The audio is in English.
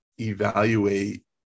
evaluate